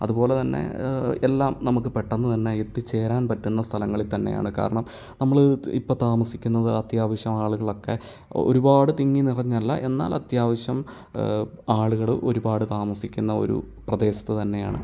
അതുപോലെതന്നെ എല്ലാം നമുക്ക് പെട്ടെന്ന് തന്നെ എത്തിച്ചേരാൻ പറ്റുന്ന സ്ഥലങ്ങളിൽ തന്നെയാണ് കാരണം നമ്മൾ ഇപ്പം താമസിക്കുന്നത് അത്യാവശ്യം ആളുകളൊക്കെ ഒരുപാട് തിങ്ങി നിറഞ്ഞല്ല എന്നാൽ അത്യാവശ്യം ആളുകൾ ഒരുപാട് താമസിക്കുന്ന ഒരു പ്രദേശത്ത് തന്നെയാണ്